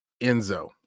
Enzo